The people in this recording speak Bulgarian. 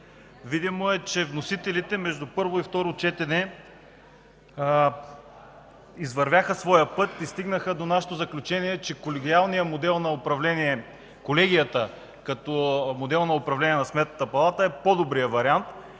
Видимо е, че вносителите между първо и второ четене извървяха своя път и стигнаха до нашето заключение, че колегиалният модел на управление – колегията като модел на